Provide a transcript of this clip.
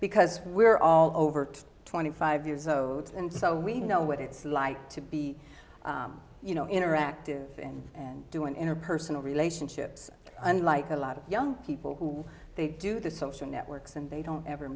because we're all over twenty five years old and so we know what it's like to be you know interactive and do it in a personal relationships unlike a lot of young people who they do the social networks and they don't ever